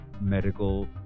medical